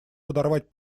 подорвать